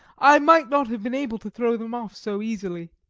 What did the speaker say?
i might not have been able to throw them off so easily.